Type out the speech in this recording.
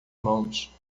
mãos